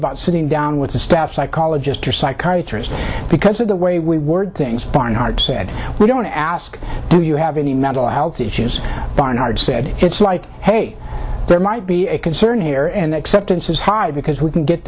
about sitting down with the staff psychologist or psychiatrist because of the way we word things barnhart said we don't ask do you have any mental health issues barnard said it's like hey there might be a concern here and acceptance is high because we can get